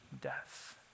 death